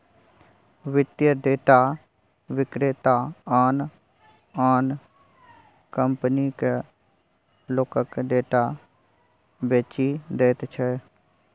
वित्तीय डेटा विक्रेता आन आन कंपनीकेँ लोकक डेटा बेचि दैत छै